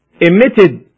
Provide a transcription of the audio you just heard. emitted